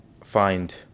Find